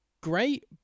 great